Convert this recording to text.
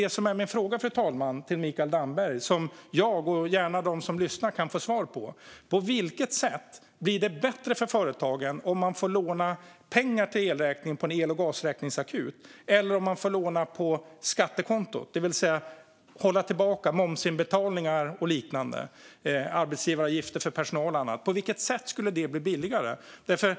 Men jag har en fråga till Mikael Damberg, som jag och gärna de som lyssnar kan få svar på: På vilket sätt blir det bättre för företagen om man får låna pengar till elräkningen på en el och gasräkningsakut i stället för att låna på skattekontot, det vill säga hålla tillbaka momsinbetalningar, arbetsgivaravgifter och så vidare? På vilket sätt skulle det bli billigare för företagen?